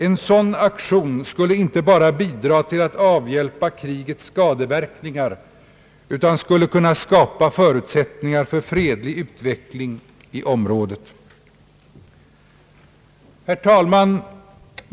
En sådan aktion skulle inte bara bidra till att avhjälpa krigets skadeverkningar, utan den skulle kunna skapa förutsättningar för fredlig utveckling i området.